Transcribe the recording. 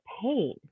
pain